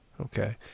Okay